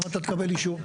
למה תקבל אישור?